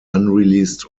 unreleased